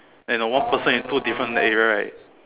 and then one person is two different area right